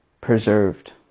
preserved